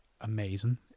amazing